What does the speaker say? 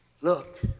Look